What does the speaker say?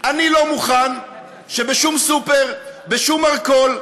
אני לא מוכן שבשום סופר, בשום מרכול,